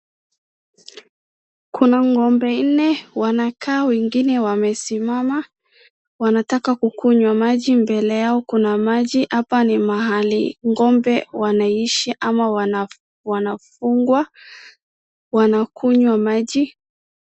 Kuna ng'ombe nne wanakaa wengine wanasimama wanataka kukunywa maji, mbele yao kuna maji hapa ni mahali ng'ombe wanaishi ama wanafungwa. Wanakunywa maji.